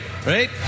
Right